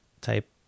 type